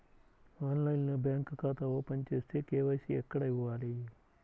ఆన్లైన్లో బ్యాంకు ఖాతా ఓపెన్ చేస్తే, కే.వై.సి ఎక్కడ ఇవ్వాలి?